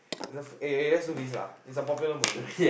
the let's do this lah is a popular movie